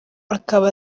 akaba